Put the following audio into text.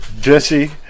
Jesse